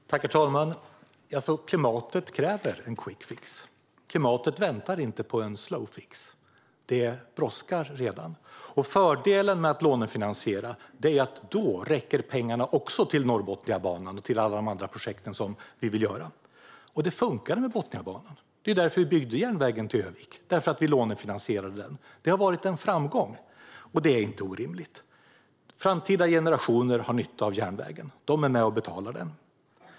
Herr talman! Klimatet kräver en quick fix. Klimatet väntar inte på en slow fix. Det brådskar redan. Fördelen med att lånefinansiera är att då räcker pengarna också till Norrbotniabanan och alla de andra projekten som vi vill göra. Det fungerade med Botniabanan. Det var för att vi lånefinansierade den som vi byggde järnvägen till Örnsköldsvik. Det har varit en framgång. Det är inte orimligt. Framtida generationer har nytta av järnvägen. De är med och betalar den.